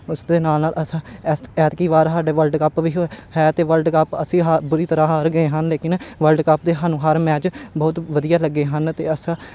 ਉਸ ਦੇ ਨਾਲ ਨਾਲ ਅੱਥਾ ਐਸਥ ਐਤਕੀ ਵਾਰ ਸਾਡੇ ਵਰਡ ਕੱਪ ਵੀ ਹੋ ਹੈ ਅਤੇ ਵਰਲਡ ਕੱਪ ਅਸੀਂ ਹਾ ਬੁਰੀ ਤਰ੍ਹਾਂ ਹਾਰ ਗਏ ਹਨ ਲੇਕਿਨ ਵਲਡ ਕੱਪ ਦੇ ਸਾਨੂੰ ਹਰ ਮੈਚ ਬਹੁਤ ਵਧੀਆ ਲੱਗੇ ਹਨ ਅਤੇ ਅਸਾਂ